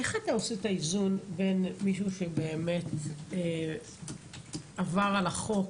איך אתה עושה את האיזון בין מישהו שעבר על החוק,